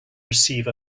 receive